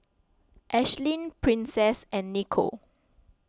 Ashlyn Princess and Nico